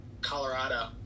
Colorado